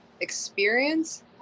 experience